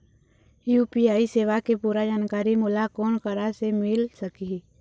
UPI सेवा के पूरा जानकारी मोला कोन करा से मिल सकही?